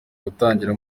gutangira